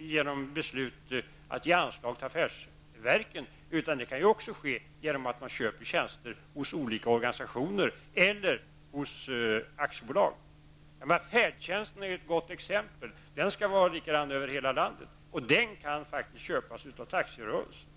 genom anslag till affärsverken utan även genom köp av tjänster i olika organisationer eller hos olika bolag. Färdtjänsten är ett bra exempel. Den skall vara likadan över hela landet, och den kan faktiskt köpas av taxirörelsen.